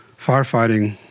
firefighting